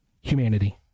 humanity